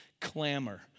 Clamor